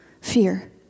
fear